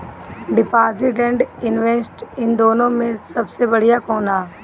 Deposit and investment इन दुनो मे से सबसे बड़िया कौन बा?